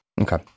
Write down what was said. Okay